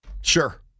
Sure